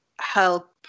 help